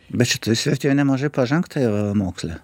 bet šitoje srityje nemažai pažengta yra moksle